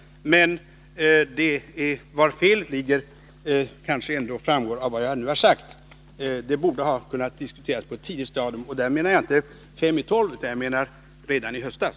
Var felet ligger kanske ändå framgår av vad jag nu har sagt. Diskussioner borde ha kunnat äga rum på ett tidigare stadium. Därmed menar jag inte fem minuter i tolv utan redan i höstas.